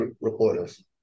reporters